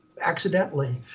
accidentally